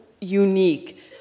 unique